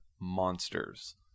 monsters